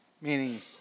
Meaning